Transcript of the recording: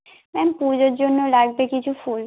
ma'am পুজোর জন্য লাগবে কিছু ফুল